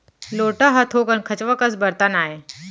लोटा ह थोकन खंचवा कस बरतन आय